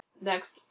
Next